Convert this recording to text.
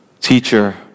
teacher